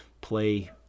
play